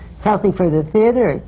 it's healthy for the theatre,